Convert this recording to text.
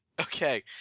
Okay